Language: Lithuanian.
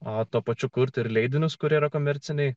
o tuo pačiu kurti ir leidinius kurie yra komerciniai